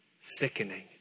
sickening